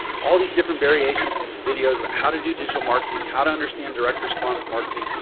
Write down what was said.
all these different variations of these videos about how to do digital marketing, how to understand direct response marketing,